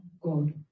God